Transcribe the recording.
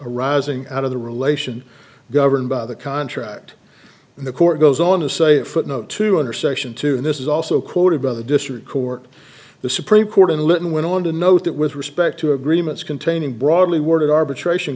arising out of the relation governed by the contract and the court goes on to say footnote two under section two and this is also quoted by the district court the supreme court and litton went on to note that with respect to agreements containing broadly worded arbitration